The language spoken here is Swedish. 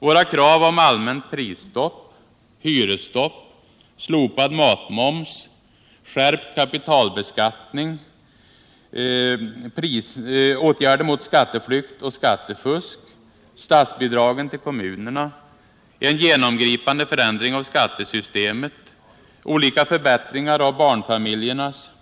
Våra krav om allmänt prisstopp, hyrcesstopp, slopad matmoms, skärpt kapitalbeskattning, åtgärder mot skatteflykt och skattefusk, statsbidragen till kommunerna, en genomgripande förändring av skattesystemet, olika förbättringar av barnfamiljernas.